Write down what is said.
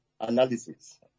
analysis